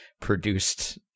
produced